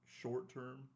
short-term